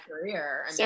career